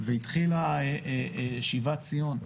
והתחילה שיבת ציון,